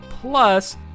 plus